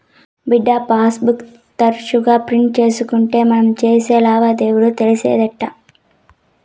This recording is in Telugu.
బిడ్డా, పాస్ బుక్ తరచుగా ప్రింట్ తీయకుంటే మనం సేసే లావాదేవీలు తెలిసేటెట్టా